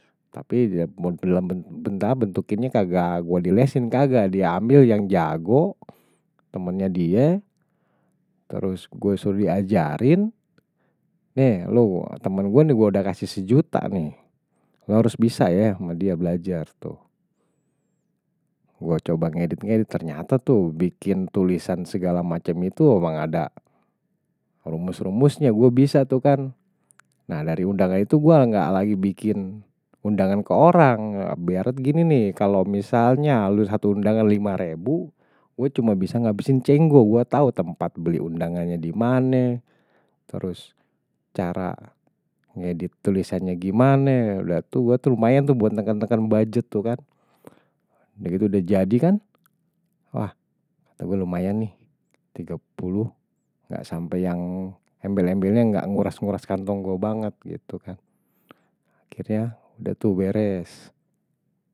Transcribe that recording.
Tapi bentukinnya kagak, gue di lesin kagak, di ambil yang jago, temennya dia. Terus gue suruh diajarin, nih, lu, temen gue nih gue udah kasih sejuta nih. Gak harus bisa ya sama dia belajar, tuh. Gue coba ngedit-ngedit, ternyata tuh bikin tulisan segala macam itu memang ada rumus-rumusnya gue bisa, tuh kan. Nah, dari undangan itu gue gak lagi bikin undangan ke orang, biar gini nih, kalau misalnya lu satu undangan lima ribu, gue cuma bisa ngabisin cengguh, gue tahu tempat beli undangannya di mana, terus cara ngedit tulisannya gimana, udah tuh gue tuh lumayan tuh buat tekan-tekan budget, tuh kan. Udah gitu udah jadi kan, wah, kata gue lumayan nih, tiga puluh gak sampai yang embel-embelnya gak nguras-nguras kantong gue banget, gitu kan. Akhirnya udah tuh beres.